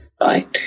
right